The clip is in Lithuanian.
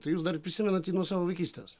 tai jūs dar prisimenat jį nuo savo vaikystės